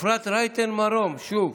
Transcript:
אפרת רייטן מרום שוב.